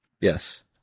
Yes